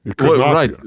Right